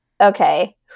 okay